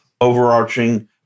overarching